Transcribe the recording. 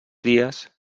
dies